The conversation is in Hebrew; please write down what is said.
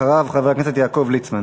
אחריו, חבר הכנסת יעקב ליצמן.